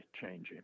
changing